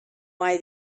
why